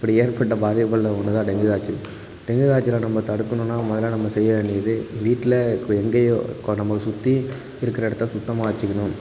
இப்படி ஏற்பட்ட பாதிப்புகள்ல ஒன்று தான் டெங்கு காய்ச்சல் டெங்கு காய்ச்சலை நம்ம தடுக்கணும்னா முதல்ல நம்ம செய்ய வேண்டியது வீட்டில எங்கேயோ நம்மளை சுற்றி இருக்கிற இடத்த சுத்தமாக வச்சிக்கணும்